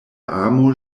amo